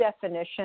definition